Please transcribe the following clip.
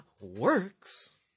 Works